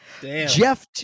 Jeff